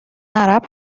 عرب